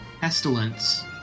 pestilence